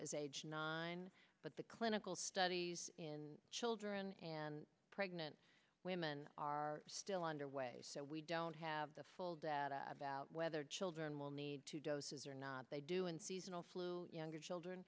as age nine but the clinical studies in children and pregnant women are still underway so we don't have the full data about whether children will need two doses or not they do in seasonal flu younger